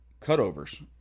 cutovers